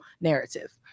narrative